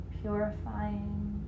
purifying